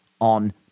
on